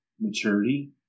maturity